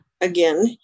again